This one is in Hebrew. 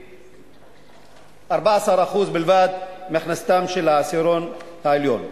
ו-14% בלבד מהכנסתו של העשירון העליון.